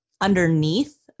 underneath